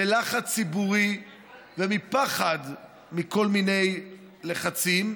בלחץ ציבורי ומפחד מכל מיני לחצים,